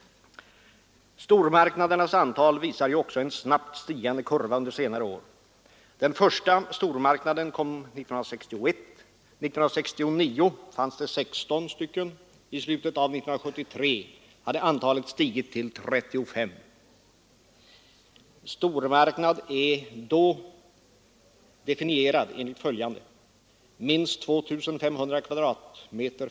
Stormarknadernas antal visar också en snabbt stigande kurva under senare år. Den första stormarknaden kom 1961. År 1969 fanns det 16 stycken, och i slutet av 1973 hade antalet stigit till ca 35. Stormarknad är då definierad enligt följande: minst 2500 m?